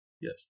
Yes